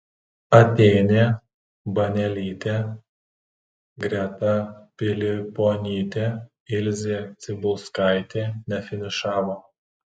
atėnė banelytė greta piliponytė ilzė cibulskaitė nefinišavo